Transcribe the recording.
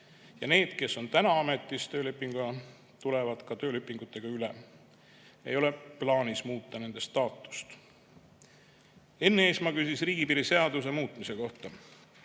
ja need, kes on täna ametis töölepinguga, tulevad ka töölepingutega üle. Ei ole plaanis nende staatust muuta. Enn Eesmaa küsis riigipiiri seaduse muutmise kohta.